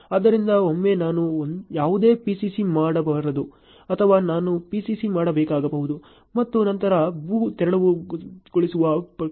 ಆದ್ದರಿಂದ ಒಮ್ಮೆ ನಾನು ಯಾವುದೇ PCC ಮಾಡಬಾರದು ಅಥವಾ ನಾನು PCC ಮಾಡಬೇಕಾಗಬಹುದು ಮತ್ತು ನಂತರ ಭೂ ತೆರವುಗೊಳಿಸುವ ಪ್ರಕ್ರಿಯೆಯನ್ನು ಮಾಡಬೇಕು